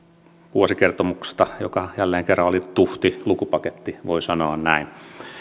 vuosikertomuksesta joka jälleen kerran oli tuhti lukupaketti voi sanoa näin